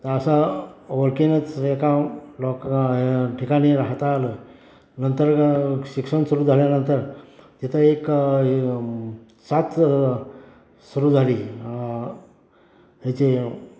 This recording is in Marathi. तं असा ओळखीनंच एका लोकं ठिकाणी राहता आलं नंतर शिक्षण सुरू झाल्यानंतर तिथं एक साथ सुरू झाली हे जे